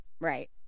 Right